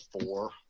four